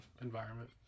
environment